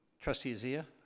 trustee zia,